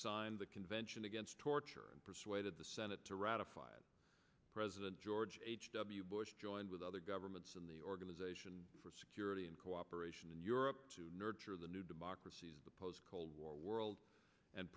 signed the convention against torture and persuaded the senate to ratify it president george h w bush joined with other governments in the organization for security and cooperation in europe to nurture the new democracies the post cold war world and